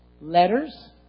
letters